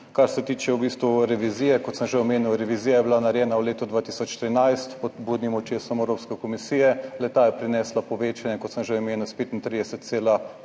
Kar se tiče v bistvu revizije, kot sem že omenil, revizija je bila narejena v letu 2013 pod budnim očesom Evropske komisije. Le-ta je prinesla povečanje, kot sem že omenil, s 35,5